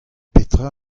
petra